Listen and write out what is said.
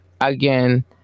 Again